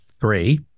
three